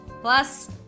Plus